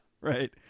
right